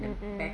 mm mm